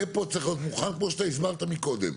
הדפו צריך להיות מוכן כמו שאתה הסברת מקודם.